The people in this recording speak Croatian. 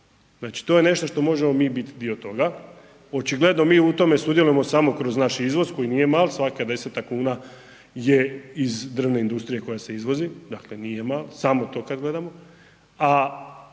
Znači to je nešto što možemo mi biti dio toga, očigledno mi u tome sudjelujemo samo kroz naš izvoz koji nije mali, svaka 10 kuna je iz drvne industrije koja se izvozi, dakle nije mali, samo to kad gledamo,